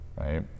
right